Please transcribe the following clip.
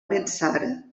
pensar